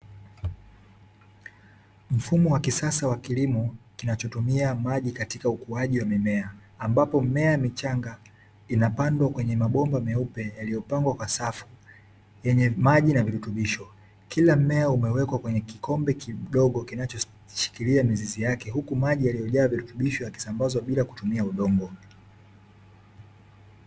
Mfumo wa kisasa wa kilimo kinachotumia maji katika ukuaji wa mimea. Ambapo mimea michanga inapandwa kwenye mabomba meupe yaliyopangwa kwa safu, yenye maji na virutubisho. Kila mmea umewekwa kwenye kikombe kidogo kinachoshikilia mizizi yake huku maji yaliyojaa virutubisho yakisambazwa bila kutumia udongo.